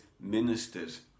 ministers